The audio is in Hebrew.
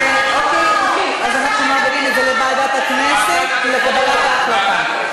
אז אנחנו מעבירים את זה לוועדת הכנסת לקבלת ההחלטה.